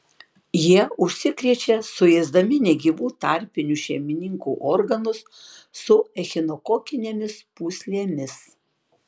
jie užsikrečia suėsdami negyvų tarpinių šeimininkų organus su echinokokinėmis pūslėmis